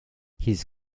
his